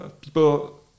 people